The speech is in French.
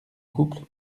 couple